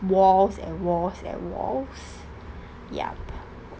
walls and walls and walls yup